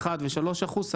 אין